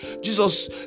Jesus